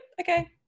okay